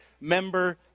member